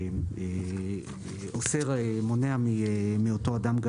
מונע מאותו אדם גם